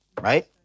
right